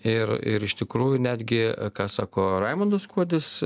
ir ir iš tikrųjų netgi ką sako raimundas kuodis